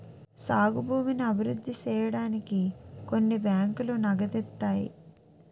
సాగు భూమిని అభివృద్ధి సేయడానికి కొన్ని బ్యాంకులు నగదిత్తాయి